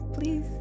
please